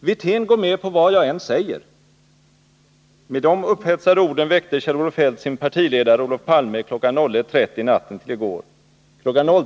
Wirtén går med på vad jag än säger! Med de upphetsade orden väckte Kjell-Olof Feldt sin partiledare Olof Palme kl. 01.30 natten till i går. Kl.